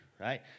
right